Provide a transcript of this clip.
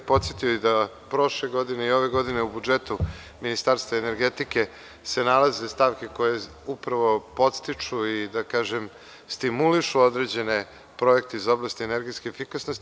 Podsetio bih da prošle godine i ove godine u budžetu Ministarstva energetike se nalaze stavke koje upravo podstiču i stimulišu projekte iz oblasti energetske efikasnosti.